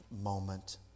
moment